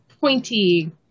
pointy